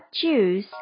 juice